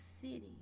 city